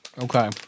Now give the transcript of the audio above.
Okay